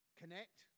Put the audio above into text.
connect